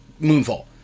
Moonfall